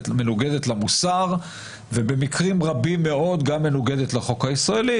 מנוגדת למוסר ובמקרים רבים מאוד גם מנוגדת לחוק הישראלי,